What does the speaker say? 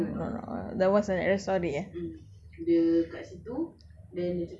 was it dia tengah driving ke apa no eh no no no no that was in aerostar bay eh